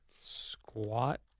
Squat